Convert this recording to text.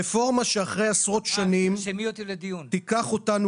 רפורמה שאחרי עשרות שנים תיקח אותנו